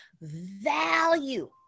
value